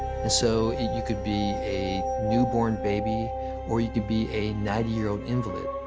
and so, and you could be a newborn baby or you could be a ninety year old invalid.